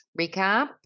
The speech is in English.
recap